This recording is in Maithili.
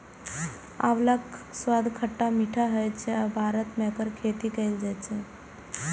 आंवलाक स्वाद खट्टा मीठा होइ छै आ भारत मे एकर खेती कैल जाइ छै